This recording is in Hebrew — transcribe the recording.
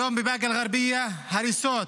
היום בבאקה אל-גרבייה, הריסות,